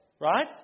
Right